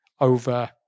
over